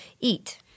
eat